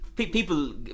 People